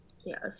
yes